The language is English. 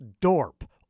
Dorp